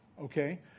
okay